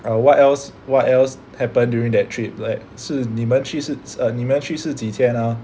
what else what else happened during that trip like 是你们去是 err 你们去是几天 ah